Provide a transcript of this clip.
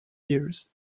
years